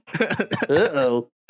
Uh-oh